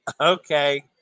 Okay